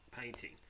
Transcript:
painting